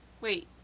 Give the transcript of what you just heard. Wait